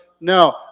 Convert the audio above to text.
No